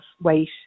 weight